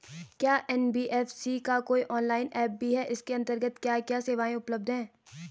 क्या एन.बी.एफ.सी का कोई ऑनलाइन ऐप भी है इसके अन्तर्गत क्या क्या सेवाएँ उपलब्ध हैं?